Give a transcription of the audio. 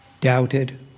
doubted